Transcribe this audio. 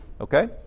okay